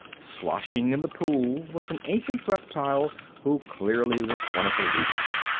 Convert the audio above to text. sloshing in the pool was an ancient reptile who clearly was one of the leaders.